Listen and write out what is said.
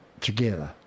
together